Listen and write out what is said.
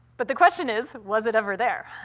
but the question is, was it ever there?